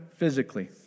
physically